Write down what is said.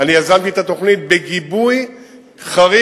אני יזמתי את התוכנית בגיבוי חריג,